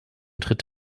tritt